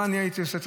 מה הייתי עושה?